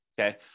okay